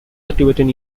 tibetan